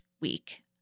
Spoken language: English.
week